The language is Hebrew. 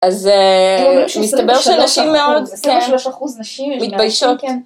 אז מסתבר שנשים מאוד, כן? מתביישות.